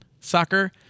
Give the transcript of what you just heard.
soccer